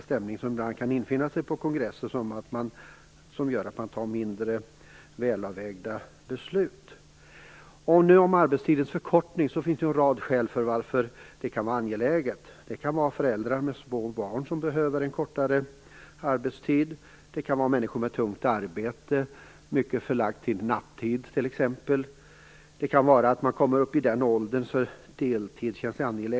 Utgångspunkten är den s.k. svenska modellen, som alla eller i alla fall nästan alla är stolta över och tycker är ett bra sätt att gå till väga. Vi tycker att arbetsmarknadens parter skall klara av stora frågor och vill inte att arbetsrättsfrågorna skall komma tillbaka i regeringens knä. Det vill vi inte heller att lönebildningsfrågorna skall göra, utan tycker att frågorna skall lösas av parterna.